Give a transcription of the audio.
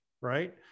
Right